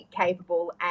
capable